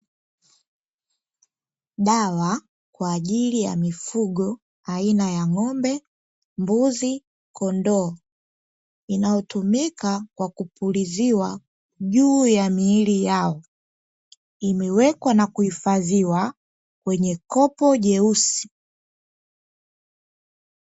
Dawa kwa ajili ya mifugo aina ya; ng’ombe, mbuzi, kondoo inayotumika kwa kupuliziwa juu ya miili yao. Imewekwa na kuhifadhiwa kwenye kopo jeusi.